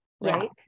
Right